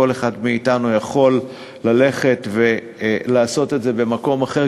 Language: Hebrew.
כל אחד מאתנו יכול ללכת ולעשות את זה במקום אחר,